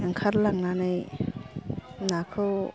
ओंखारलांनानै नाखौ